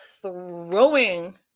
throwing